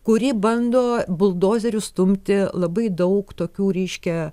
kuri bando buldozeriu stumti labai daug tokių reiškia